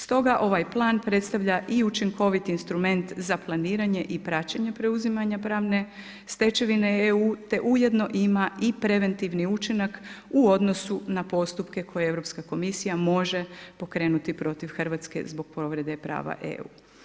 Stoga ovaj plan predstavlja i učinkoviti instrument za planiranje i praćenja preuzimanja pravne stečevine EU, te ujedno ima i preventivni učinak u odnosu na postupku koje Europska komisija može pokrenuti protiv Hrvatske zbog povrede prava EU.